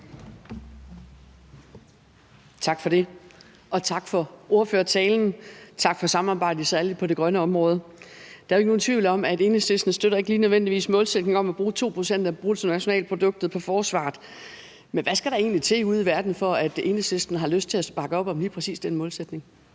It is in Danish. Tak for det. Tak for ordførertalen, og tak for samarbejdet, særlig på det grønne område. Der er jo ikke nogen tvivl om, at Enhedslisten ikke lige nødvendigvis støtter målsætningen om at bruge 2 pct. af bruttonationalproduktet på forsvaret. Men hvad skal der egentlig til ude i verden, for at Enhedslisten har lyst til at bakke op om lige præcis den målsætning?